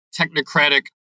technocratic